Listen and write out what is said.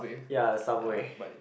ya Subway